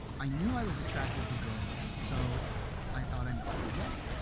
i knew i was attracted to girls so i thought i must be gay.